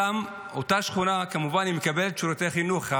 אותה שכונה כמובן מקבלת שירותי חינוך,